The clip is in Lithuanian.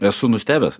esu nustebęs